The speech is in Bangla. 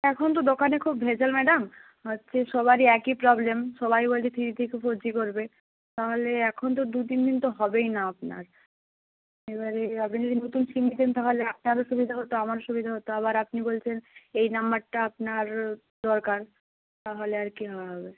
এখন তো দোকানে খুব ভেজাল ম্যাডাম হচ্ছে সবারই একই প্রবলেম সবাই বলছে থ্রি জি থেকে ফোর জি করবে তাহলে এখন তো দুতিন দিন তো হবেই না আপনার এবারে আপনি যদি নতুন সিম নিতেন তাহলে আপনারও সুবিধা হতো আমার সুবিধা হতো আবার আপনি বলছেন এই নাম্বারটা আপনার দরকার তাহলে আর কীভাবে হবে